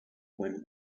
when